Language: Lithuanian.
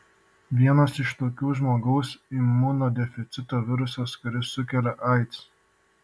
vienas iš tokių žmogaus imunodeficito virusas kuris sukelia aids